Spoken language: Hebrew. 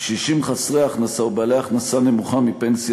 קשישים חסרי הכנסה או בעלי הכנסה נמוכה מפנסיה